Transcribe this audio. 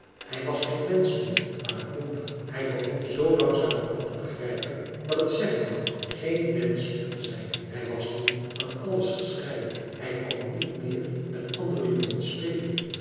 hij was geen mensch meer maar een wonder hij begon zoo langzamerhand te begrijpen wat het zeggen wou geen mensch meer te zijn hij was nu van alles gescheiden hij kon niet meer met andere jongens spelen